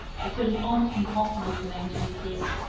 which it is almost impossible for them to escape.